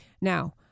now